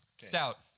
Stout